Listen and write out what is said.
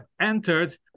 entered